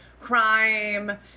Crime